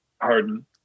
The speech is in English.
Harden